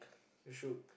you should